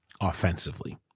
offensively